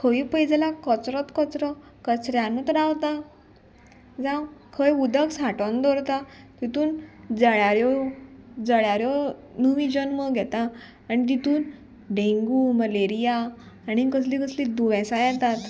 खंय पळयत जाल्यार कचरोच कचरो कचऱ्यानूच रावता जावं खंय उदक सांठोन दवरता तितून जळ्यारो जळ्यारो नवी जल्म घेता आनी तितून डेंगू मलेरिया आनी कसली कसली दुयेंसां येतात